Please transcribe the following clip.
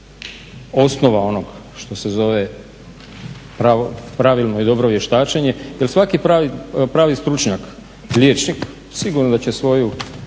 osnova onog što se zove pravilno i dobro vještačenje jer svaki pravi stručnjak liječnik sigurno da će svoju